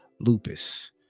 lupus